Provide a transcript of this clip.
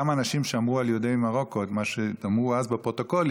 אותם אנשים שאמרו על יהודי מרוקו את מה שאמרו אז בפרוטוקולים,